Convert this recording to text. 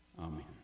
Amen